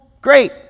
great